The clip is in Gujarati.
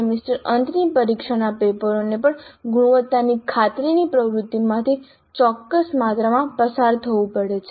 સેમેસ્ટર અંતની પરીક્ષાના પેપરોને પણ ગુણવત્તાની ખાતરીની પ્રવૃત્તિમાંથી ચોક્કસ માત્રામાં પસાર થવું પડે છે